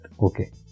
okay